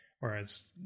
whereas